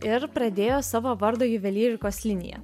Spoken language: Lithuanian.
ir pradėjo savo vardo juvelyrikos liniją